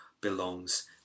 belongs